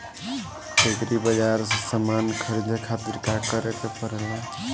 Agri बाज़ार से समान ख़रीदे खातिर का करे के पड़ेला?